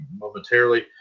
momentarily